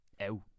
Ow